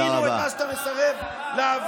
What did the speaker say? הבינו את מה שאתה מסרב להבין: